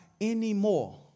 anymore